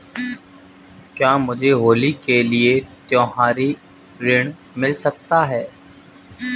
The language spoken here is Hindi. क्या मुझे होली के लिए त्यौहारी ऋण मिल सकता है?